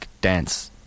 dance